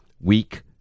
weak